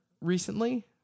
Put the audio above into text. recently